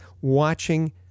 watching